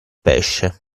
pesce